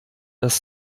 dass